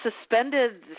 suspended